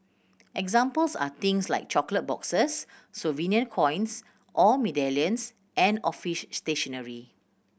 examples are things like chocolate boxes souvenir coins or medallions and office stationery